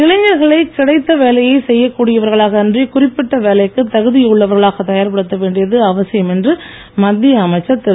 இளைஞர்களை கிடைத்த வேலையை செய்யக் கூடியவர்களாக அன்றி குறிப்பிட்ட வேலைக்கு தகுதியுள்ளவர்களாக தயார்படுத்த வேண்டியது அவசியம் என்று மத்திய அமைச்சர் திரு